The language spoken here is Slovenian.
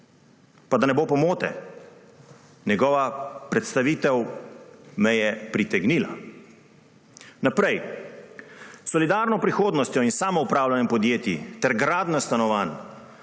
Pa da ne bo pomote, njegova predstavitev me je pritegnila. Naprej. S solidarno prihodnostjo in samoupravljanjem podjetij ter gradnjo stanovanj